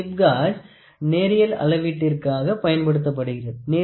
slip gauge நேரியல் அளவீட்டுற்காக பயன்படுகிறது